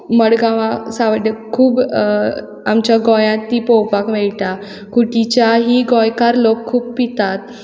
मडगांवां सांवड्डे खूब आमच्या गोंयांत तीं पोवपाक मेळटा खुटी च्या ही गोंयकार लोक खूब पितात